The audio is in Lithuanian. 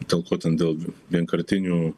dėl ko ten dėl vienkartinių